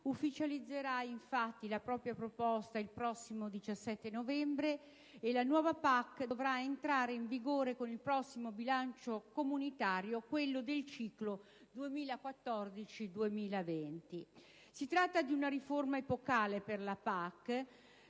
ufficializzerà infatti la propria proposta il prossimo 17 novembre e la nuova PAC dovrà entrare in vigore con il prossimo bilancio comunitario, quello del ciclo 2014-2020. Si tratta di una riforma epocale per la PAC